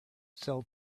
sell